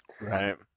Right